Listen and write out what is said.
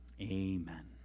Amen